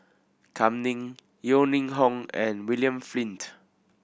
Kam Ning Yeo Ning Hong and William Flint